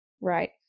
Right